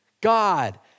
God